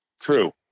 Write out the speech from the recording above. True